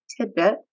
tidbit